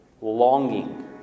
longing